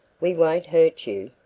we won't hurt you.